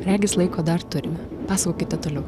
regis laiko dar turime pasakokite toliau